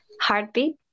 heartbeat